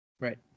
Right